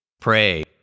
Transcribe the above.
Pray